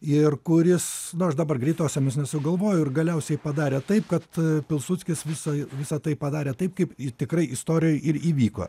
ir kuris nu aš dabar greitosiomis nesugalvoju ir galiausiai padarė taip kad pilsudskis visai visa tai padarė taip kaip i tikrai istorijoj ir įvyko